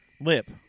lip